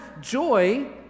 joy